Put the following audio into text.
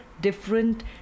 different